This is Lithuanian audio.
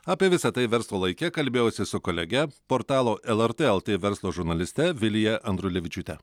apie visa tai verslo laike kalbėjausi su kolege portalo lrt lt verslo žurnaliste vilija andrulevičiūte